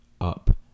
up